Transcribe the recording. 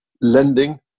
lending